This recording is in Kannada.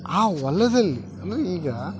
ಆ ಹೊಲದಲ್ಲಿ ಅಂದರೆ ಈಗ